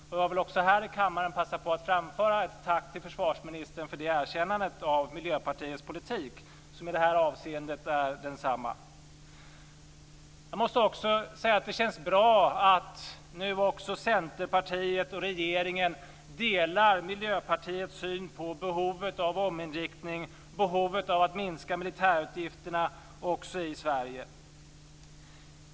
Jag vill också här i kammaren passa på att framföra ett tack till försvarsministern för detta erkännande av Miljöpartiets politik, som i det här avseendet är densamma. Jag måste också säga att det känns bra att nu också Centerpartiet och regeringen delar Miljöpartiets syn på behovet av ominriktning, behovet av att minska militärutgifterna också i Sverige.